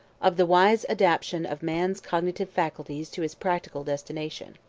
of the wise adaptation of man's cognitive faculties to his practical destination.